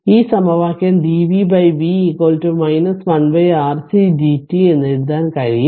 അതിനാൽ ഈ സമവാക്യം dv v 1 RC dt എന്ന് എഴുതാൻ കഴിയും